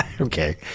Okay